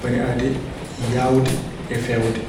bani aadee yaawde e feewde.